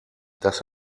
dass